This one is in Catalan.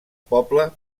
poble